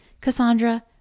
Cassandra